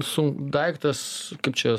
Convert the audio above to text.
su daiktas kaip čia